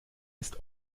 ist